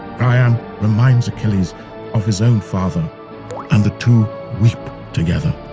priam reminds achilles of his own father and the two weep together,